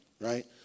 right